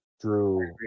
Drew